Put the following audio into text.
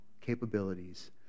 capabilities